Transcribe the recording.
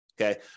okay